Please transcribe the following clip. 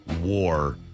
war